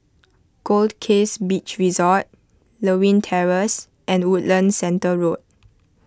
Goldkist Beach Resort Lewin Terrace and Woodlands Centre Road